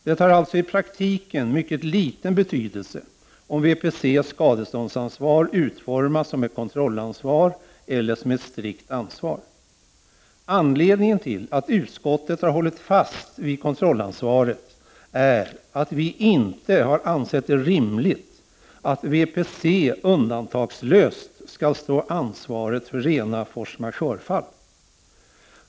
Det har alltså i praktiken mycket liten betydelse om VPC:s skadeståndsansvar utformas som ett kontrollansvar eller som ett strikt ansvar. Anledningen till att utskottet har hållit fast vid kontrollansvaret är att vi inte har ansett det rimligt att VPC undantagslöst skall stå för ansvaret för rena force majeure-fall.